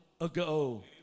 ago